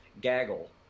gaggle